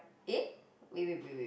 eh wait wait wait wait wait